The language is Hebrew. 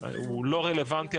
הוא לא רלוונטי,